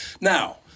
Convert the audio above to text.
Now